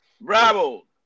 Bravo